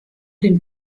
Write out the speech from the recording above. dem